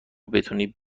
بتونی